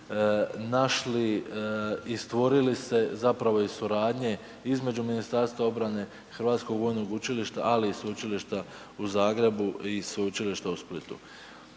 našli i stvorili se zapravo i suradnje između MORH-a, Hrvatskog vojnog učilišta ali i Sveučilišta u zagrebu i Sveučilišta u Splitu.